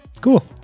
Cool